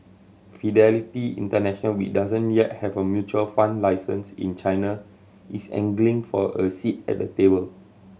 Fidelity International we doesn't yet have a mutual fund license in China is angling for a seat at the table